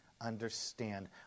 understand